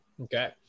Okay